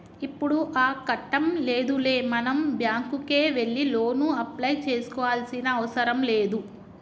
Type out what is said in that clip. ఇప్పుడు ఆ కట్టం లేదులే మనం బ్యాంకుకే వెళ్లి లోను అప్లై చేసుకోవాల్సిన అవసరం లేదు